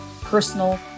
personal